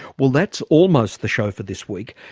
well that's almost the show for this week.